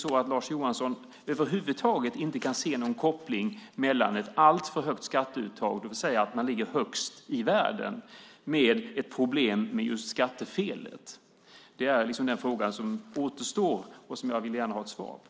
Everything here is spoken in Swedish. Kan Lars Johansson över huvud taget inte se någon koppling mellan ett alltför högt skatteuttag, det vill säga att man ligger högst i världen, och problemet med just skattefelet? Det är den fråga som återstår och som jag gärna vill ha ett svar på.